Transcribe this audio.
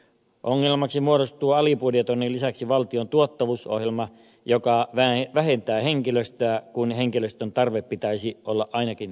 ongelmaksi muodostuu alibudjetoinnin lisäksi valtion tuottavuusohjelma joka vähentää henkilöstöä kun henkilöstön tarve pitäisi olla ainakin säilyttävä